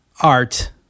art